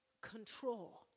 control